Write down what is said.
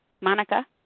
Monica